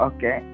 Okay